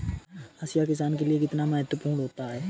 हाशिया किसान के लिए कितना महत्वपूर्ण होता है?